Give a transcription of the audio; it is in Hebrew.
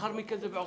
ולאחר מכן זה בעוכרם.